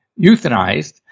euthanized